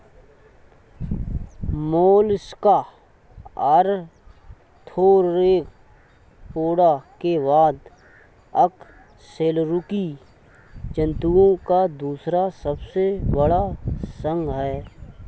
Mollusca Arthropoda के बाद अकशेरुकी जंतुओं का दूसरा सबसे बड़ा संघ है